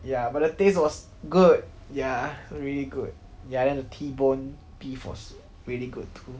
ya but the taste was good ya really good ya then the T-bone beef was really good too